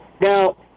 Now